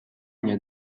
nie